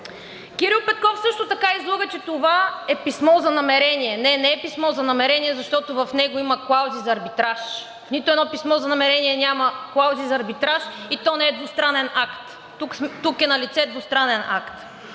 Кирил Петков също така излъга, че това е писмо за намерение. Не, не е писмо за намерение, защото в него има клаузи за арбитраж. В нито едно писмо за намерение няма клаузи за арбитраж, и то не двустранен акт. Тук е налице двустранен акт.